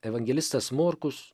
evangelistas morkus